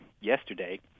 yesterday